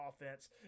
offense